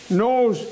knows